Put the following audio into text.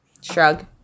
shrug